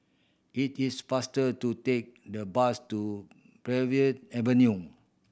it is faster to take the bus to Avenue